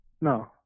No